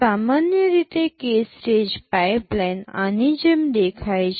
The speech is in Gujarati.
સામાન્ય રીતે k સ્ટેજ પાઇપલાઇન આની જેમ દેખાય છે